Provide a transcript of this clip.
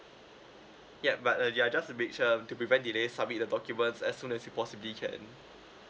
ya but uh ya just make sure to prevent delays submit the documents as soon as you possibly can